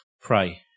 pray